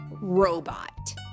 robot